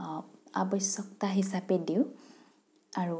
আৱশ্যকতা হিচাপে দিওঁ আৰু